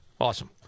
Awesome